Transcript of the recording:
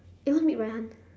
eh want meet raihan